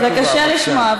זה קשה לשמוע,